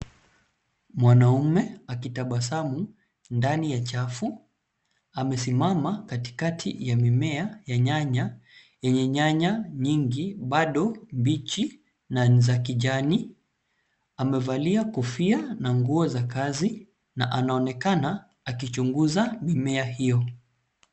Mwanaume akitabasamu ndani ya chafu. Amesimama katikati ya mimea ya nyanya, yenye nyanya nyingi bado mbichi, na ni za kijani. Amevalia kofia na nguo za kazi, na anaonekana akichunguza mimea hio.